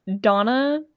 Donna